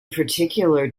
particular